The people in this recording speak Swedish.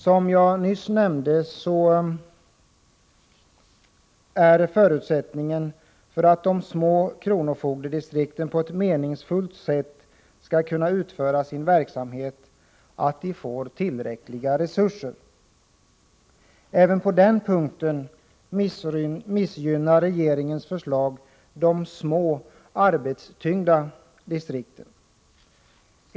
Som jag nyss nämnde är förutsättningen för att de små kronofogdedistrikten på ett meningsfullt sätt skall kunna utföra sin verksamhet att de får tillräckliga resurser. Även på den punkten missgynnar regeringens förslag de små arbetstyngda distrikten.